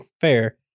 fair